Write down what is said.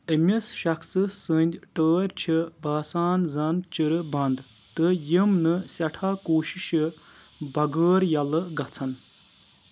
أمِس شخصہٕ سٕنٛدۍ ٹٲرۍ چھِ باسان زن چِرٕ بنٛد تہٕ یِم نہٕ سیٚٹھاہ کوٗشِشہِ بَغٲر یَلہٕ گَژھن